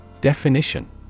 Definition